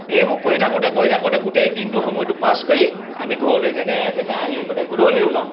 এইবোৰ কৰি থাকোঁতে কৰি থাকোঁতে গোটেই দিনটো সময়টো পাছ কৰি আমি ঘৰলৈ যেনে তেনে আহি মানে গধূলি ওলাওঁ